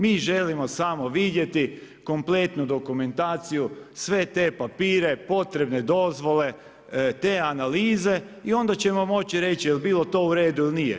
Mi želimo samo vidjeti kompletnu dokumentaciju, sve te papire, potrebne dozvole, te analize i onda ćemo moći reći, jel bilo to u redu ili nije.